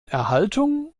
erhaltung